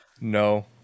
No